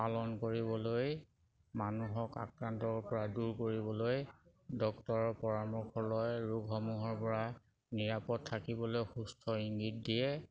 পালন কৰিবলৈ মানুহক আক্ৰান্তৰ পৰা দূৰ কৰিবলৈ ডক্তৰৰ পৰামৰ্শ লয় ৰোগসমূহৰ পৰা নিৰাপদ থাকিবলৈ সুস্থ ইংগিত দিয়ে